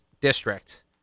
district